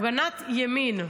הפגנת ימין,